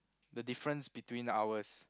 the difference between ours